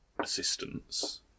assistance